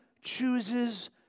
chooses